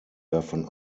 davon